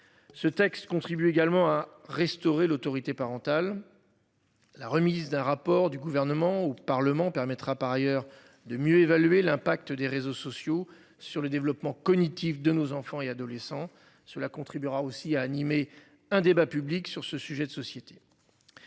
Ce texte contribue également à restaurer l'autorité parentale. La remise d'un rapport du gouvernement au Parlement permettra par ailleurs de mieux évaluer l'impact des réseaux sociaux sur le développement cognitive de nos enfants et adolescents cela contribuera aussi à animer un débat public sur ce sujet de société.